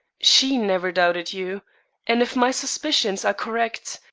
she never doubted you and if my suspicions are correct